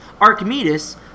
Archimedes